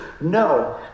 no